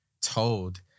told